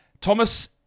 Thomas